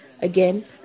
Again